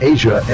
Asia